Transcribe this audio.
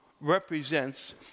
represents